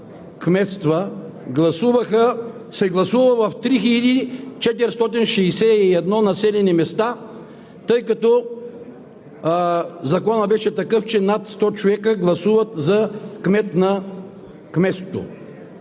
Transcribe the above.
кметства се гласува в 3461 населени места, тъй като Законът беше такъв, че над 100 човека гласуват за кмет на кметството.